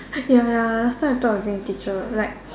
ya ya last time I thought of being a teacher like